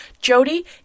Jody